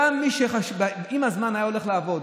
גם מי שעם הזמן היה הולך לעבוד,